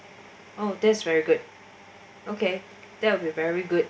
oh that's very good okay that will be very good